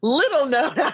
little-known